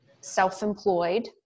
self-employed